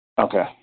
Okay